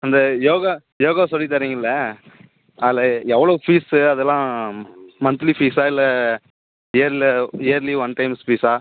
அந்த யோகா யோகா சொல்லி தரீங்கல்ல அதில் எவ்வளோ ஃபீஸு அதெல்லாம் மந்த்லி ஃபீஸா இல்லை இயரில் இயர்லி ஒன் டைம்ஸ் ஃபீஸ்ஸா